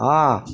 ହଁ